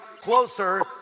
closer